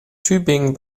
tübingen